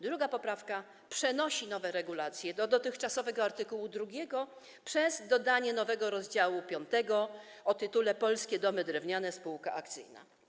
Druga poprawka przenosi nowe regulacje do dotychczasowego art. 2 przez dodanie nowego rozdziału piątego o tytule: Polskie Domy Drewniane Spółka Akcyjna.